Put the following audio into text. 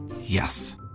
Yes